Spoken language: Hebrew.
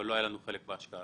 אבל לא היה לנו חלק בהשקעה הזאת.